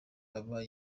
aba